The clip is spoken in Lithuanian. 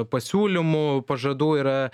pasiūlymų pažadų yra